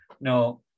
no